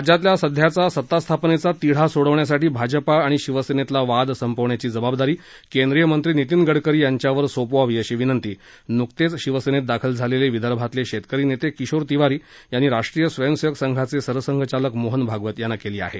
राज्यातला सध्याचा सतास्थापनेचा तिढा सोडवण्यासाठी भाजपा आणि शिवसेनेतला वाद संपवण्याची जबाबदारी केंद्रीयमत्री नितिन गडकरी यांच्यावर सोपवावी अशी विनंती न्कतेच शिवसेनेत दाखल झालेले विदर्भातले शेतकरी नेते किशोर तिवारी यांनी राष्ट्रीय स्वयंसेवक संघाचे सरसंघचालक मोहन भागवत यांना केली आहे